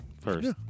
first